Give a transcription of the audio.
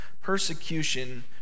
persecution